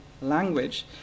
language